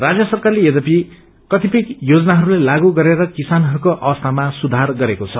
राष्य सरकारले यघपि कतिपय योजनाहरूलाई सागू गरेर किसानहरूको अवस्थामा सुधार गरेको छ